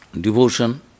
devotion